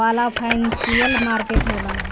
वाला financial market होला